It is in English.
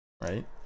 right